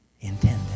intended